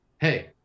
hey